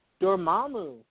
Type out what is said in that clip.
Dormammu